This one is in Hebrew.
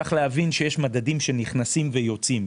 צריך להבין שיש מדדים שנכנסים ויוצאים,